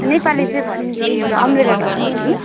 नेपाली चाहिँ भनेपछि एउटा अम्ब्रेला टर्म भयो नि